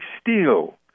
steel